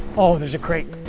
oh, there's a crate.